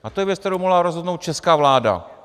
A to je věc, kterou mohla rozhodnout česká vláda.